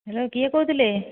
hello କିଏ କହୁଥିଲେ